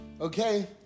Okay